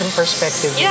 perspective